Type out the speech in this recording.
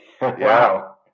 Wow